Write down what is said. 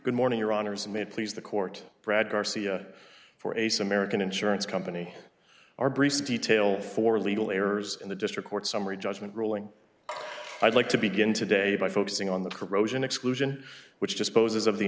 good morning your honour's and may please the court brad garcia for a samaritan insurance company are brief detail for legal errors in the district court summary judgment ruling i'd like to begin today by focusing on the corrosion exclusion which disposes of the